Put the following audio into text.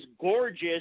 gorgeous